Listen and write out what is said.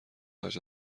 هرچه